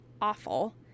awful